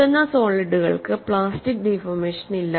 പൊട്ടുന്ന സോളിഡുകൾക്ക് plastic deformation ഇല്ല